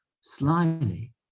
slyly